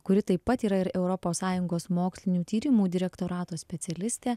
kuri taip pat yra ir europos sąjungos mokslinių tyrimų direktorato specialistė